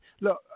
look